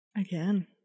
Again